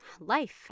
life